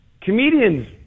Comedians